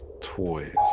toys